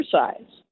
exercise